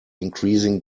increasing